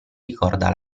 ricorda